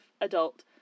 adult